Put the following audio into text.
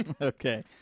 Okay